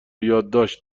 یادداشت